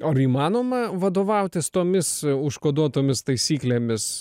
ar įmanoma vadovautis tomis užkoduotomis taisyklėmis